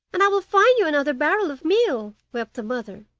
and i will find you another barrel of meal wept the mother.